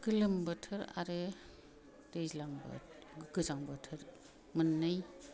गोलोम बोथोर आरो दैज्लां गोजां बोथोर मोननै